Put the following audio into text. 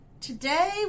today